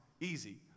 easy